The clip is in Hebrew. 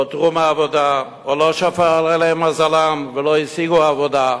פוטרו מהעבודה או לא שפר עליהם מזלם ולא השיגו עבודה.